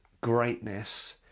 greatness